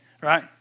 right